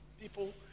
People